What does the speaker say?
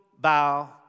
bow